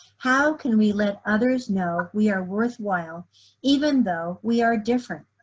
how can we let others know we are worthwhile even though we are different?